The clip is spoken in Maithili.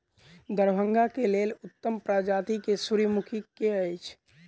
दरभंगा केँ लेल उत्तम प्रजाति केँ सूर्यमुखी केँ अछि?